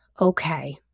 okay